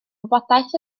wybodaeth